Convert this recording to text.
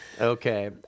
Okay